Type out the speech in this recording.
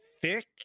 thick